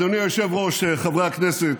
אדוני היושב-ראש, חברי הכנסת,